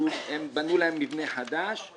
הם בנו להם מבנה חדש.